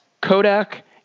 Kodak